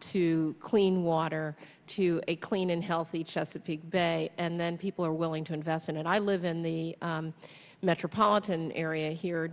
to clean water to a clean and healthy chesapeake bay and then people are willing to invest in it i live in the metropolitan area here